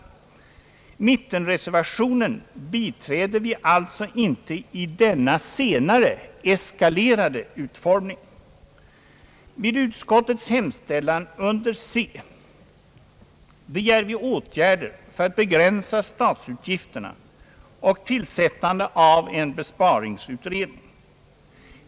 Mittenreservationen biträder vi alltså inte i denna senare eskalerade utformning. Vid utskottets hemställan under C begär vi åtgärder för att begränsa statsutgifterna och tillsättandet av en besparingsutredning.